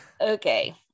Okay